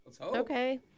Okay